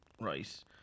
right